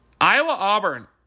Iowa-Auburn